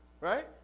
right